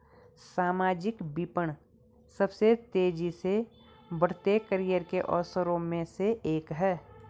सामाजिक विपणन सबसे तेजी से बढ़ते करियर के अवसरों में से एक है